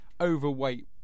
overweight